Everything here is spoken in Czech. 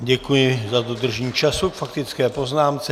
Děkuji za dodržení času k faktické poznámce.